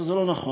אבל זה לא נכון.